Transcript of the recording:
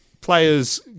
players